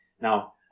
Now